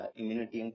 immunity